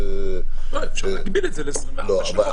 אפשר להגביל את זה ל-24 שעות.